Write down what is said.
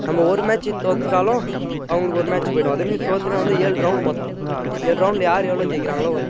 நம்ம ஒரு மேட்ச்சி தோற்றுட்டாலும் அவங்களுக்கு ஒரு மேட்ச் போய்விடும் அதேமாரி தோற்றுட்டா வந்து ஏழு ரவுண்டு மொத்தம் ஏழு ரவுண்ட்டில் யார் எவ்வளோ ஜெயிக்கிறாங்களோ வரும்